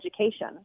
education